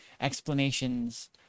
explanations